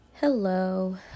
hello